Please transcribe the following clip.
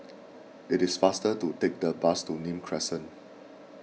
it is faster to take the bus to Nim Crescent